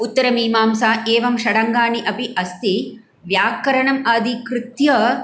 उत्तरमीमांसा एवं षडङ्गानि अपि अस्ति व्याकरणम् अदिकृत्य